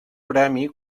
premi